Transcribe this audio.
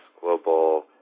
global